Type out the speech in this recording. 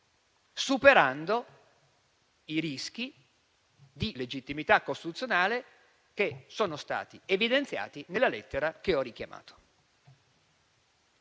superando i rischi di legittimità costituzionale che sono stati evidenziati nella lettera che ho richiamato.